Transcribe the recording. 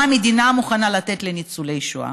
מה המדינה מוכנה לתת לניצולי שואה.